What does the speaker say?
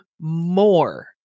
more